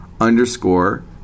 underscore